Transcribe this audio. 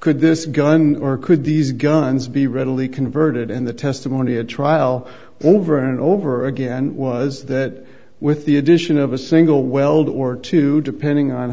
could this gun or could these guns be readily converted in the testimony at trial over and over again was that with the addition of a single weld or two depending on